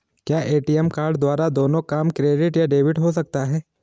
क्या ATM card द्वारा दोनों काम क्रेडिट या डेबिट हो सकता है?